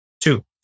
Two